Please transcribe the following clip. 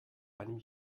einem